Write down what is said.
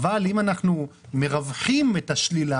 אבל אם אנחנו מרווחים את השלילה,